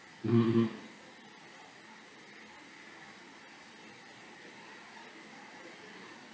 mmhmm mmhmm